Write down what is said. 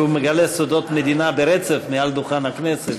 כי הוא מגלה סודות מדינה ברצף מעל דוכן הכנסת,